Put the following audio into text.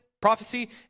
prophecy